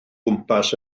gwmpas